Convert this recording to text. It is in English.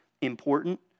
important